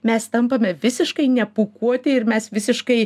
mes tampame visiškai nepūkuoti ir mes visiškai